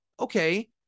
okay